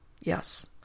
Yes